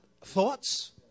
Thoughts